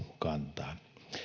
kantaa